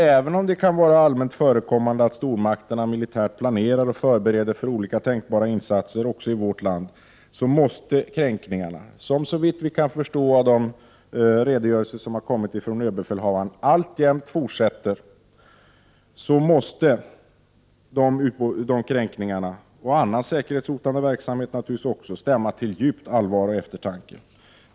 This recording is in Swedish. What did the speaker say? Även om det kan vara allmänt förekommande att stormakterna militärt planerar och förbereder för olika tänkbara insatser också i vårt land, måste kränkningarna — som såvitt vi kan förstå av de redogörelser som har kommit från överbefälhavaren alltjämt fortsätter — och naturligtvis annan säkerhetshotande verksamhet stämma till djupt allvar och eftertanke.